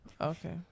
Okay